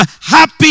happy